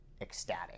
ecstatic